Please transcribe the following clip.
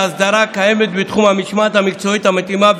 וההסדרה הקיימת בתחום המשמעת המקצועית מתאימה,